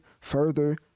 further